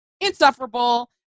insufferable